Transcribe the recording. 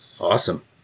Awesome